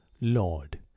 lord